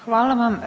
Hvala vam.